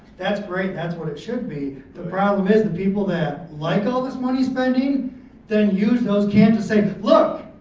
that's great, that's what it should be. the problem is the people that like all this money spending then use those cans to say, look,